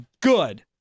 good